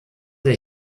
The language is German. der